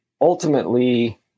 ultimately